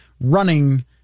running